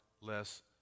less